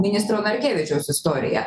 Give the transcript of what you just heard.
ministro narkevičiaus istoriją